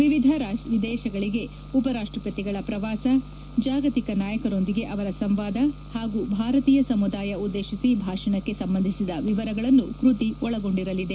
ವಿವಿಧ ದೇಶಗಳಿಗೆ ಉಪ ರಾಷ್ಟಪತಿಗಳ ಪ್ರವಾಸ ಜಾಗತಿಕ ನಾಯಕರೊಂದಿಗೆ ಅವರ ಸಂವಾದ ಪಾಗೂ ಭಾರತೀಯ ಸಮುದಾಯ ಉದ್ದೇಶಿಸಿ ಭಾಷಣಕ್ಕೆ ಸಂಬಂಧಿಸಿದ ವಿವರಗಳನ್ನು ಕೃತಿ ಒಳಗೊಂಡಿರಲಿದೆ